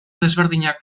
desberdinak